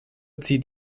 zieht